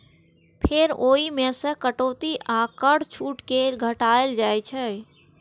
फेर ओइ मे सं कटौती आ कर छूट कें घटाएल जाइ छै